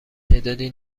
تعدادی